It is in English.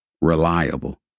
reliable